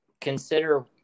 consider